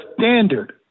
standard